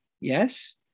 yes